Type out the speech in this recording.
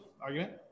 argument